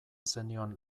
zenion